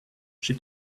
she